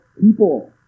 people